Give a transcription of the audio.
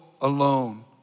alone